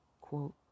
quote